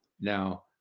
now